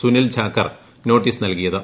സുനിൽ ്ജീക്കർ നോട്ടീസ് നൽകിയത്